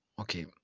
okay